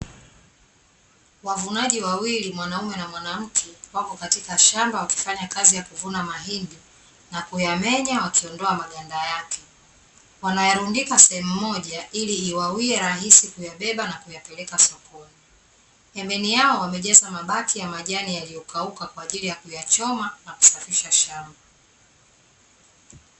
Wavunaji wawili, (mwanaume na mwanamke) wako katika shamba, wakifanya kazi ya kuvuna mahindi na kuyamenya wakiondoa maganda yake. Wanayarundika sehemu moja, ili iwawie rahisi kuyabeba na kuyapeleka sokoni. Pembeni yao wamejaza mabaki ya majani yaliyokauka, kwa ajili ya kuyachoma na kusafisha shamba.